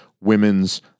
women's